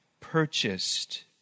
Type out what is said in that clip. purchased